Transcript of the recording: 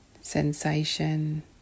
sensation